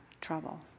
trouble